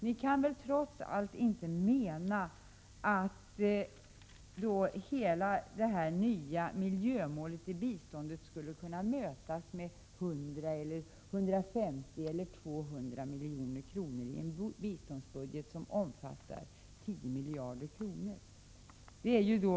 Ni kan väl trots allt inte mena att hela det nya miljömålet i biståndet skulle kunna mötas med 100 eller 150 eller 200 milj.kr., i en biståndsbudget som omfattar 10 miljarder kronor!